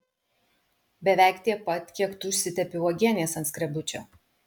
beveik tiek pat kiek tu užsitepi uogienės ant skrebučio